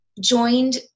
joined